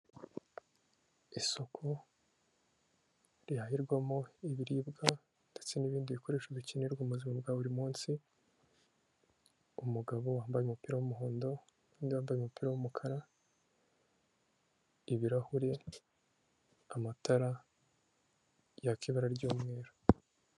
Isoku rihahirwamo ibiribwa ndetse n'ibindi bikoresho bikenerwa buzima bwa buri munsi, umugabo wambaye umupira w'umuhondo, nundi wambaye umupira wumukara, ibirahuri, amatara yaka ibara ry'umweru.